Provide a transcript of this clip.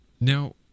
Now